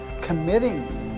Committing